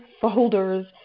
folders